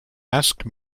asked